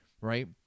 right